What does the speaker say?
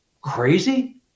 crazy